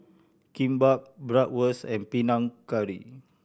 Kimbap Bratwurst and Panang Curry